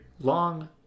long